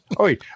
Oi